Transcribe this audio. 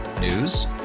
News